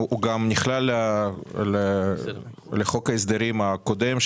הוא גם נכלל בחוק ההסדרים הקודם,